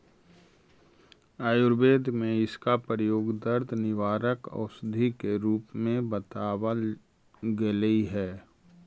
आयुर्वेद में इसका प्रयोग दर्द निवारक औषधि के रूप में बतावाल गेलई हे